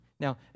Now